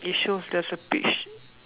it shows there's a peach